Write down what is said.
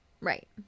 Right